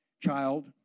child